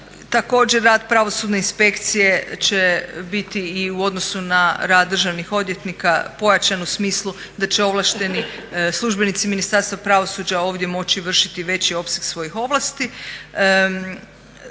Također rad Pravosudne inspekcije će biti i u odnosu na rad državnih odvjetnika pojačan u smislu da će ovlašteni službenici Ministarstava pravosuđa ovdje moći vršiti veći opseg svojih ovlasti.